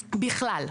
בכלל.